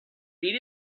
beat